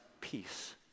peace